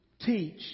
teach